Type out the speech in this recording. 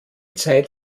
zeit